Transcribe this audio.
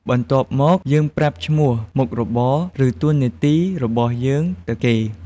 បន្ទាប់មកយើងប្រាប់ឈ្មោះ មុខរបរ ឬតួនាទីរបស់យើងទៅគេ។